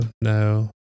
No